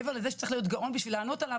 מעבר לזה שצריך להיות גאון בשביל לענות עליו,